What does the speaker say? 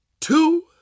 two